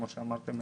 כמו שאמרתם,